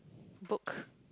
book